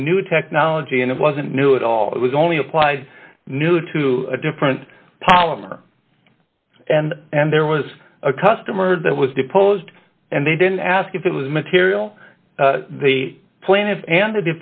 the new technology and it wasn't new at all it was only applied new to a different polymer and and there was a customer that was deposed and they didn't ask if it was material they planted and the